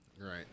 Right